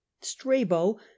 strabo